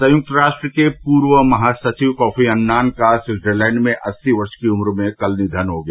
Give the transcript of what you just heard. संयुक्त राष्ट्र के पूर्व महासचिव कोफी अन्नान का स्विटजरलैंड में अस्सी वर्ष की उम्र में कल निधन हो गया